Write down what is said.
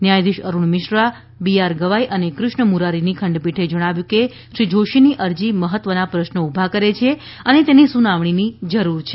ન્યાયાધીશ Arun Mishra B R Gavai અને કૃષ્ણ મુરારીની ખંડપીઠે જણાવ્યું હતું કે શ્રી જોશીની અરજી મહત્વના પ્રશ્નો ઉભા કરે છે અને તેની સુનાવણીની જરૂર છે